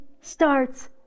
starts